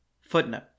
Footnote